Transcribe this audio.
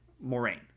Moraine